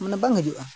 ᱢᱟᱱᱮ ᱵᱟᱝ ᱦᱤᱡᱩᱜᱼᱟ